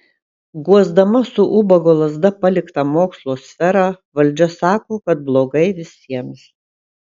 guosdama su ubago lazda paliktą mokslo sferą valdžia sako kad blogai visiems